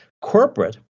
Corporate